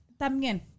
también